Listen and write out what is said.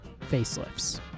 Facelifts